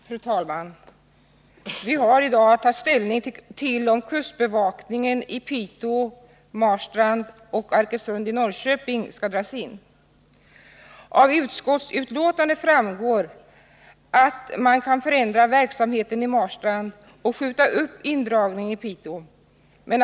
Fru talman! Vi har i dag att ta ställning till om kustbevakningen i Piteå, Marstrand och Arkösund i Norrköping skall dras in. Av utskottsbetänkandet framgår att man kan ändra verksamheten i Marstrand och skjuta upp indragningen i Piteå.